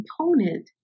component